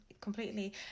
Completely